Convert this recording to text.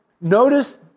notice